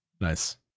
nice